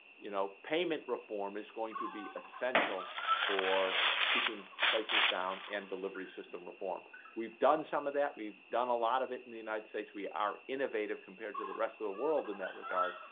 you know payment reform is going to be essential for keeping prices down and delivery system reform we've done some of that. we've done a lot of it in the united states we are innovative compared to the rest of the world in that regard.